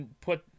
put –